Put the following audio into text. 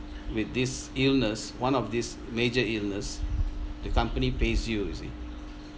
with this illness one of these major illness the company pays you you see